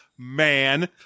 man